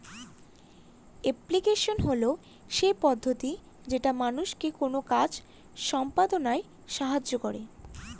application হল সেই পদ্ধতি যেটা মানুষকে কোনো কাজ সম্পদনায় সাহায্য করে